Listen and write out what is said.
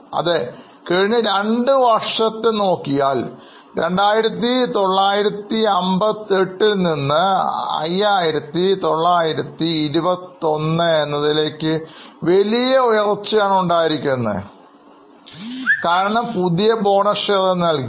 അതെ കഴിഞ്ഞ രണ്ട് വർഷത്തെ നോക്കിയാൽ 2958 നിന്ന് 5921 ലേക്ക് വലിയ ഉയർച്ച ഉണ്ടായി കാരണം പുതിയ ബോണസ് ഷെയറുകൾ നൽകി